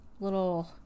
little